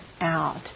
out